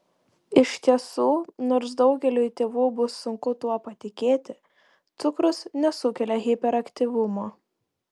iš tiesų nors daugeliui tėvų bus sunku tuo patikėti cukrus nesukelia hiperaktyvumo